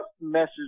message